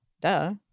Duh